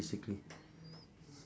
basically